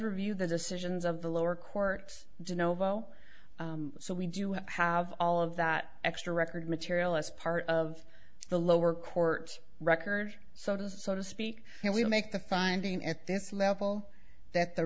review the decisions of the lower court genova oh so we do have all of that extra record material as part of the lower court record so to so to speak and we'll make the finding at this level that